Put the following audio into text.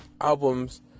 albums